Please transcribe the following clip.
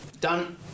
Done